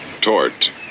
Tort